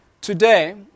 Today